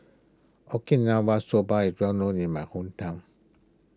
Okinawa Soba is well known in my hometown